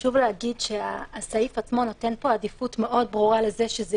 חשוב להגיד שהסעיף עצמו נותן פה עדיפות מאוד ברורה לזה שזה